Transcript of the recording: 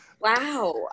Wow